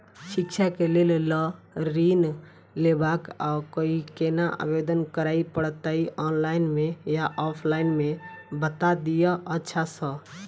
शिक्षा केँ लेल लऽ ऋण लेबाक अई केना आवेदन करै पड़तै ऑनलाइन मे या ऑफलाइन मे बता दिय अच्छा सऽ?